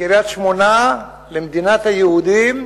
לקריית-שמונה, למדינת היהודים,